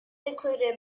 included